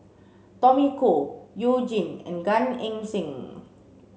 Tommy Koh You Jin and Gan Eng Seng